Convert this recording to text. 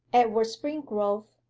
edward springrove,